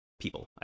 people